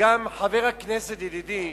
חבר הכנסת, ידידי,